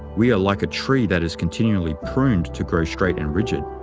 we are like a tree that is continually pruned to grow straight and rigid.